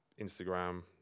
Instagram